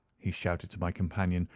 he shouted to my companion,